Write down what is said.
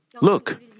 look